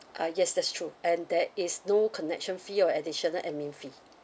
uh yes that's true and there is no connection fee or additional admin fee